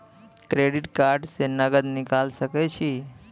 Credit card से नगद निकाल सके छी?